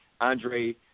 Andre